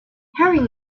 herring